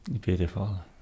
Beautiful